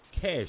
cash